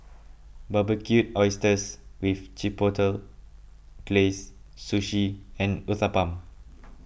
Barbecued Oysters with Chipotle Glaze Sushi and Uthapam